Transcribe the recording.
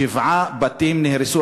שבעה בתים נהרסו,